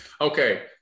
Okay